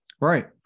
right